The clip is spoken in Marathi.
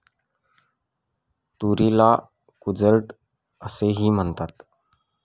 तुरीला कूर्जेट असेही म्हणतात